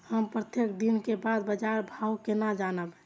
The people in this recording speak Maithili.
हम प्रत्येक दिन के बाद बाजार भाव केना जानब?